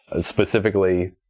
specifically